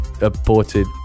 aborted